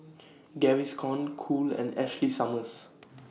Gaviscon Cool and Ashley Summers